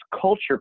culture